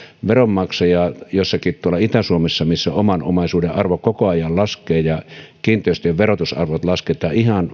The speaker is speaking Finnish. veronmaksaja jossakin tuolla itä suomessa missä oman omaisuuden arvo koko ajan laskee ja kiinteistöjen verotusarvot lasketaan ihan